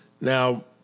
Now